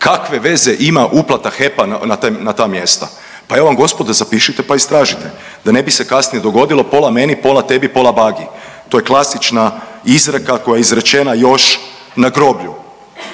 Kakve veze ima uplata HEP-a na ta mjesta? Pa evo vam gospodo zapišite pa istražite, da ne bi se kasnije dogodilo pola meni, pola tebi, pola Bagi. To je klasična izreka koja je izrečena još na groblju.